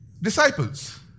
Disciples